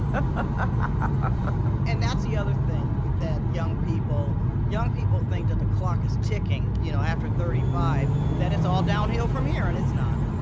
ah and that's the other thing that young people young people think that the clock is ticking, you know, after thirty five, that it's all downhill from here. and it's not